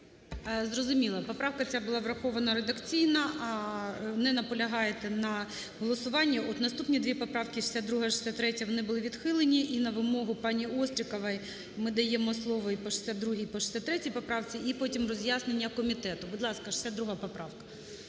Зрозуміло. Поправка ця була врахована редакційно. Не наполягаєте на голосуванні. От наступні дві поправки 62 і 63 вони були відхилені. І на вимогу пані Острікової ми даємо слово і по 62, і по 63 поправці, і потім роз'яснення комітету. Будь ласка, 62 поправка.